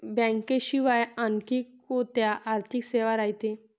बँकेशिवाय आनखी कोंत्या आर्थिक सेवा रायते?